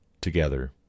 together